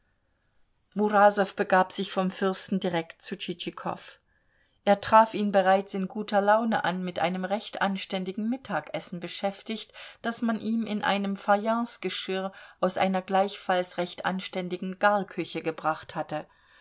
murasow begab sich vom fürsten direkt zu tschitschikow er traf ihn bereits in guter laune an mit einem recht anständigen mittagessen beschäftigt das man ihm in einem fayencegeschirr aus einer gleichfalls recht anständigen garküche gebracht hatte